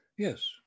Yes